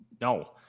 No